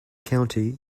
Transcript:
county